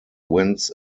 wins